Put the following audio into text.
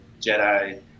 jedi